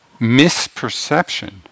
misperception